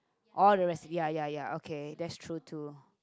oh the re~ ya ya ya okay that's true too